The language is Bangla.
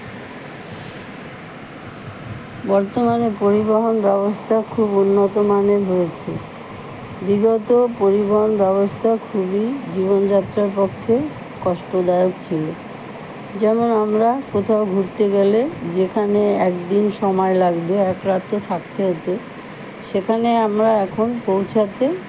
বর্তমানে পরিবহন ব্যবস্থা খুব উন্নত মানের হয়েছে বিগত পরিবহন ব্যবস্থা খুবই জীবনযাত্রার পক্ষে কষ্টদায়ক ছিল যেমন আমরা কোথাও ঘুরতে গেলে যেখানে একদিন সময় লাগবে একরাত্র থাকতে হতো সেখানে আমরা এখন পৌঁছাতে